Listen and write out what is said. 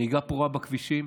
נהיגה פרועה בכבישים,